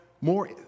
more